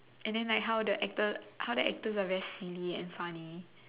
and then like how the actor how the actors are very silly and funny